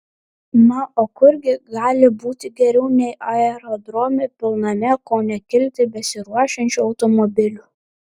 na o kur gi gali būti geriau nei aerodrome pilname ko ne kilti besiruošiančių automobilių